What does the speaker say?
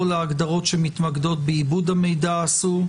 להגדרות שמתמקדות בעיבוד המידע האסור?